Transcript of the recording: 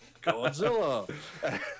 Godzilla